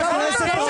לסדר.